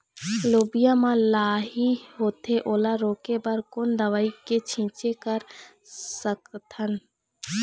लोबिया मा लाही होथे ओला रोके बर कोन दवई के छीचें कर सकथन?